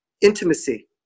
intimacy